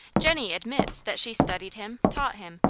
jennie admits that she studied him, taught him,